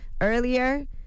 earlier